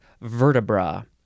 vertebra